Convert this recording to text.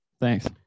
thanks